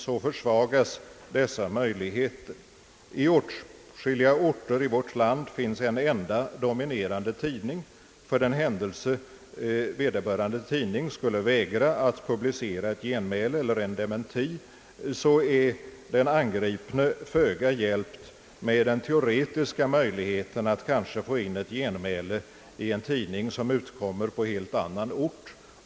På åtskilliga orter i vårt land finns en enda dominerande tidning, och för den händelse en sådan tidning skulle vägra att publicera ett genmäle eller en dementi är den angripne föga hjälpt med den teoretiska möjligheten att kanske få in genmälet i en tidning som utkommer på helt annan ort.